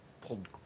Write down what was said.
Pulled